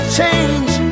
change